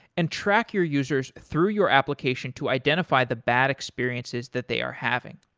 and track your users through your application to identify the bad experiences that they are having.